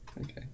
Okay